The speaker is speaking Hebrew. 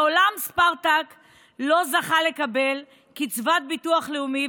מעולם ספרטק לא זכה לקבל קצבת ביטוח לאומי,